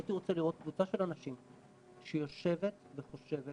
הייתי רוצה לראות קבוצה של אנשים שיושבת וחושבת